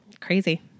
Crazy